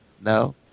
No